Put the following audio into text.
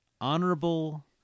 honorable